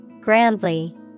Grandly